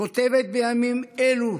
כותבת בימים אלו